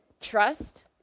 trust